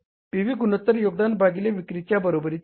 P V गुणोत्तर योगदान भागिले विक्रीच्या बरोबरीचे आहे